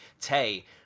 Tay